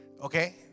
Okay